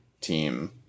team